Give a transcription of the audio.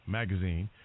magazine